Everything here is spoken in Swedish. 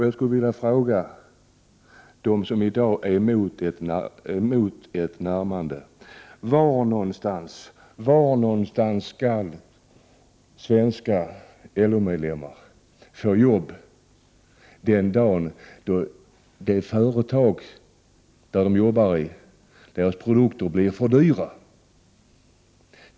Jag skulle vilja ställa en fråga till dem som i dag är emot ett närmande till EG. Var skall svenska LO-medlemmar få jobb den dag produkterna i företag där de jobbar blir för dyra?